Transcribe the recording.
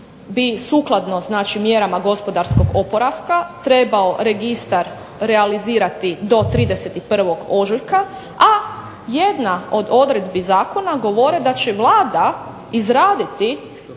bi sukladno znači mjerama gospodarskog oporavka trebao registar realizirati do 31. ožujka, a jedna od odredbi zakona govore da će Vlada izraditi